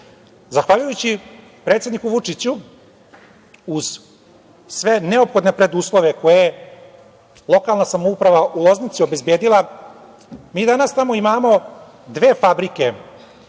krajevima. Zahvaljujući predsedniku Vučiću uz sve neophodne preduslove koje je lokalna samouprava u Loznici obezbedila, mi danas tamo imamo dve fabrike